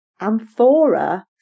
amphora